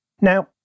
Now